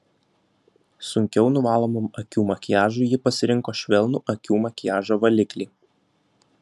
sunkiau nuvalomam akių makiažui ji pasirinko švelnų akių makiažo valiklį